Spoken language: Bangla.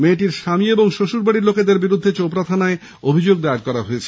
মেয়েটির স্বামী ও শ্বশুরবাড়ির লোকেদের বিরুদ্ধে চোপড়া থানায় অভিযোগ দায়ের করা হয়েছে